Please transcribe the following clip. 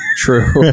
True